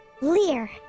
Lear